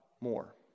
more